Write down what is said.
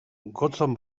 gotzon